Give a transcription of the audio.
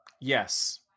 Yes